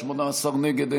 18 נגד,